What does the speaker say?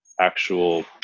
actual